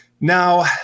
Now